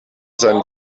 sein